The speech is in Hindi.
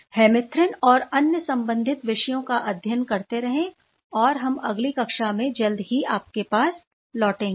हेमिथ्रिन और अन्य संबंधित विषयों का अध्ययन करते रहें और हम अगली कक्षा में जल्द ही आपके पास लौटेंगे